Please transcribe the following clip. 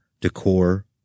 decor